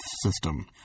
system